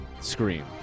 Scream